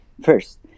first